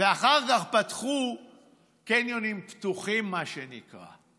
ואחר כך פתחו קניונים פתוחים, מה שנקרא.